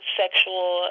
sexual